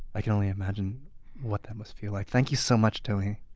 i can only imagine what that must feel like. thank you so much, toni